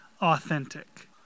authentic